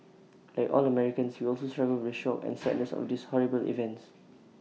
like all Americans we also struggle with shock and sadness of these horrible events